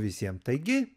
visiems taigi